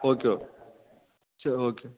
okay okay சரி okay